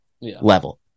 level